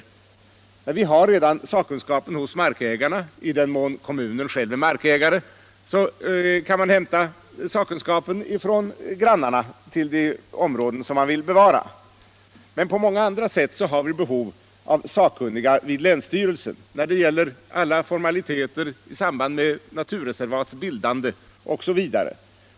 Det finns emellertid redan. sådan sakkunskap hos markägarna eller, i den mån kommunerna är markägare, hos de jordbrukande grannarna till områdena. Men på många andra sätt har vi behov av sakkunniga vid länsstyrelsen, när det gäller alla formaliteter i samband med naturreservats bildande osv.